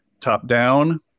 top-down